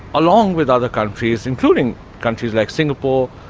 along with other countries, including countries like singapore,